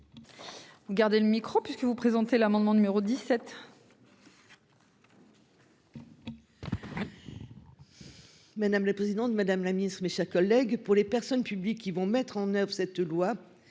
Gardez le micro puisque vous présenter l'amendement numéro 17.